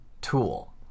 tool